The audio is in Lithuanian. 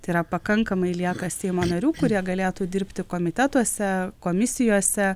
tai yra pakankamai lieka seimo narių kurie galėtų dirbti komitetuose komisijose